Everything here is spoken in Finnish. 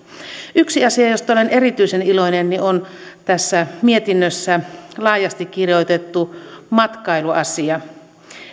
yksi asia josta olen erityisen iloinen on tässä mietinnössä laajasti kirjoitettu matkailuasia